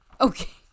Okay